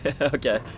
Okay